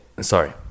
sorry